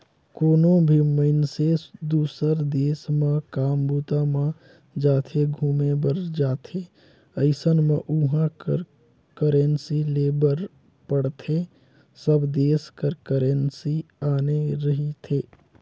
कोनो भी मइनसे दुसर देस म काम बूता म जाथे, घुमे बर जाथे अइसन म उहाँ कर करेंसी लेय बर पड़थे सब देस कर करेंसी आने रहिथे